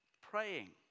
Praying